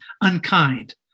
unkind